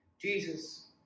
Jesus